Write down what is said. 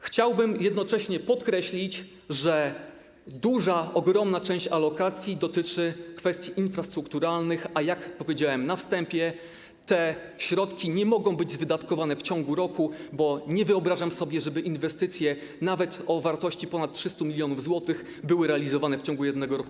Chciałbym jednocześnie podkreślić, że duża, ogromna część alokacji dotyczy kwestii infrastrukturalnych, a jak powiedziałem na wstępie, te środki nie mogą być wydatkowane w ciągu roku, bo nie wyobrażam sobie, żeby inwestycje, nawet te o wartości ponad 300 mln zł, były realizowane w ciągu jednego roku.